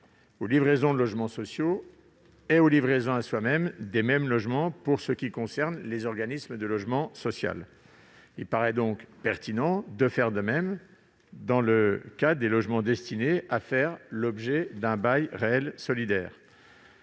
aux livraisons de logements sociaux et aux livraisons à soi-même des mêmes logements pour les organismes de logement social. Il paraît donc pertinent de faire de même dans le cadre des logements destinés à faire l'objet d'un BRS. La commission